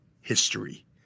history